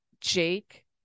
Jake